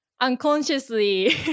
unconsciously